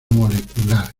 molecular